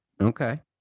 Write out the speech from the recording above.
okay